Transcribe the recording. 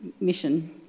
mission